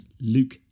Luke